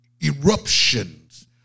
eruptions